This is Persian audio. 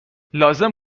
لازم